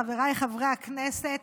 חבריי חברי הכנסת,